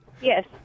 yes